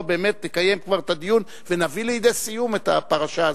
באמת נקיים כבר את הדיון ונביא לידי סיום את הפרשה הזאת.